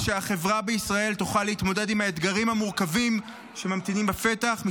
-- כדי שהחברה בישראל תוכל להתמודד עם האתגרים המורכבים שממתינים בפתח.